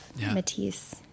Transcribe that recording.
Matisse